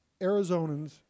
Arizonans